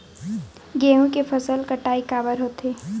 गेहूं के फसल कटाई काबर होथे?